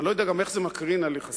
אני גם לא יודע איך זה מקרין על יחסי